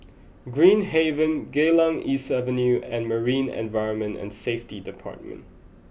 Green Haven Geylang East Avenue and Marine Environment and Safety Department